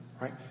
Right